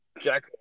Jack